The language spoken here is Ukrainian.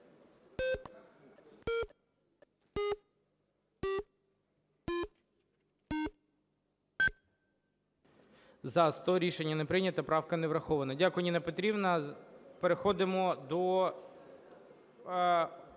За-100 Рішення не прийнято, правка не врахована. Дякую, Ніна Петрівна. Переходимо до…